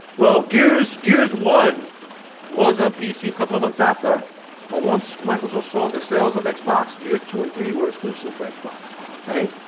well gears gears one was on pc couple of months after but once microsoft saw the sales of xbox gears two and three were exclusive for xbox right,